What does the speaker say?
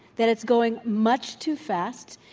that it's going much too fast,